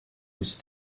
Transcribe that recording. was